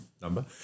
number